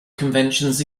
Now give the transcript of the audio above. conventions